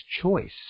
choice